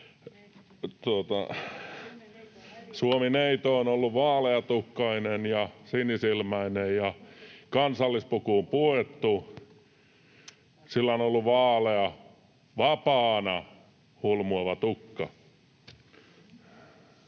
Suomi-neito on ollut vaaleatukkainen ja sinisilmäinen ja kansallispukuun puettu. Sillä on ollut vaalea, vapaana hulmuava tukka.